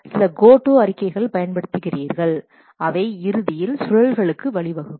சில கோட்டு அறிக்கைகள் பயன்படுத்தியிருக்கிறீர்கள் அவை இறுதியில் சுழல்களுக்கு வழிவகுக்கும்